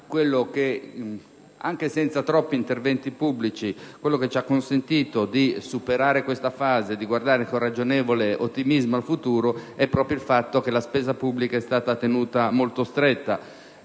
quello che - anche senza troppi interventi pubblici - ci ha consentito di superare questa fase e di guardare con ragionevole ottimismo al futuro è proprio il fatto che la spesa pubblica è stata tenuta molto stretta.